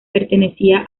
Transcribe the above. pertenecía